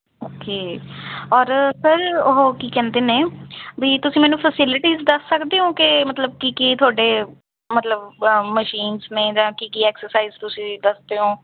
okay ਔਰ sir ਉਹ ਕੀ ਕਹਿੰਦੇ ਨੇ ਵੀ ਤੁਸੀਂ ਮੈਨੂੰ ਫੈਸਿਲਿਟੀਜ਼ ਦੱਸ ਸਕਦੇ ਹੋ ਕਿ ਮਤਲਬ ਕੀ ਕੀ ਤੁਹਾਡੇ ਮਤਲਬ ਅ ਮਸ਼ੀਨ 'ਚ ਨੇ ਜਾਂ ਕੀ ਕੀ ਐਕਸਰਸਾਈਜ਼ ਤੁਸੀਂ ਦੱਸਦੇ ਹੋ